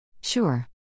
Sure